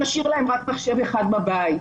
נשאיר להם רק מחשב אחד בבית,